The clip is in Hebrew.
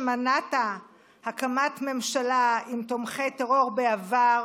שמנעת הקמת ממשלה עם תומכי טרור בעבר